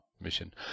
mission